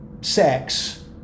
sex